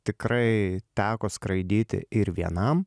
tikrai teko skraidyti ir vienam